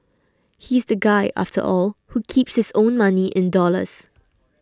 he's the guy after all who keeps his own money in dollars